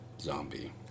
zombie